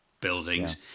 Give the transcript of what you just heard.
buildings